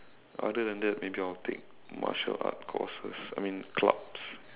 other than that maybe I will take martial art courses I mean clubs